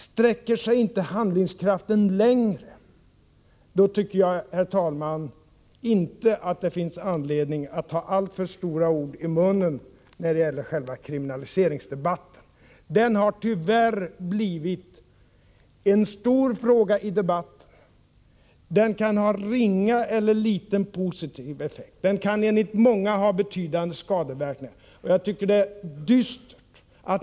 Sträcker sig handlingskraften inte längre, tycker jag att det inte finns anledning att ta alltför stora ord i munnen när det gäller kriminaliseringsfrågan. Den har tyvärr blivit en stor fråga i debatten. En kriminalisering kan ha ingen eller ringa positiv effekt. Den kan emellertid enligt många få betydande skadeverkningar.